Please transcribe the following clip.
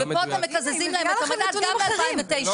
ופה אתם מקזזים להם את המדד גם מ-2009.